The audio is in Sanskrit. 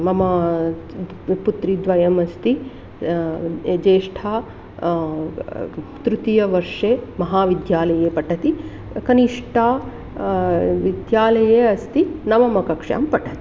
मम पुत्रीद्वयम् अस्ति ज्येष्ठा तृतीयवर्षे महाविद्यालये पठति कनिष्ठा विद्यालये अस्ति नवमकक्षां पठति